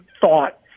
thought